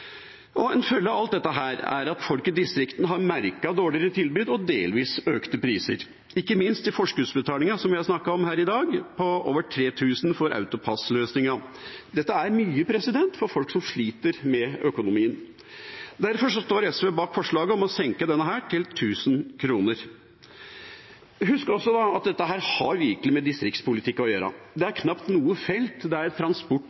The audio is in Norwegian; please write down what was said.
En følge av alt dette er at folk i distriktene har merket dårligere tilbud og delvis økte priser, ikke minst i forskuddsbetalingen, som vi har snakket om her i dag, på over 3 000 kr for AutoPASS-løsninga. Dette er mye for folk som sliter med økonomien. Derfor står SV bak forslaget om å senke denne til 1 000 kr. Husk også at dette virkelig har med distriktspolitikk å gjøre. Det er knapt noe sted der